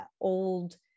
old